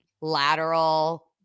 lateral